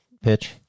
pitch